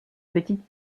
petite